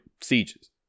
sieges